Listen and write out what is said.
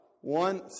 One